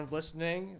listening